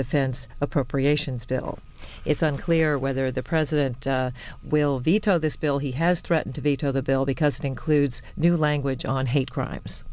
defense appropriations bill it's unclear whether the president will veto this bill he has threatened to veto the bill because it includes new language on hate crimes